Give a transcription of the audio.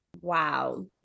Wow